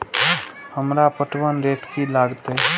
हमरा पटवन रेट की लागते?